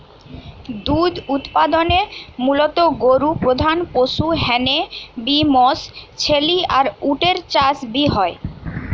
দুধ উতপাদনে মুলত গরু প্রধান পশু হ্যানে বি মশ, ছেলি আর উট এর চাষ বি হয়